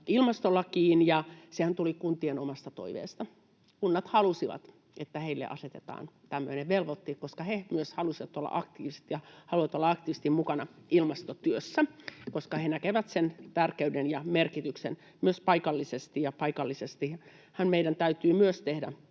ilmastolakiin, ja sehän tuli kuntien omasta toiveesta. Kunnat halusivat, että heille asetetaan tämmöinen velvoite, koska he myös halusivat olla aktiivisia ja halusivat olla aktiivisesti mukana ilmastotyössä, koska he näkevät sen tärkeyden ja merkityksen myös paikallisesti. Ja paikallisestihan